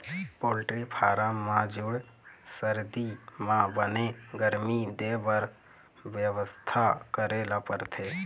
poultry farm म जूड़ सरदी म बने गरमी देबर बेवस्था करे ल परथे